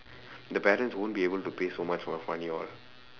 the parents won't be able to pay so much [one]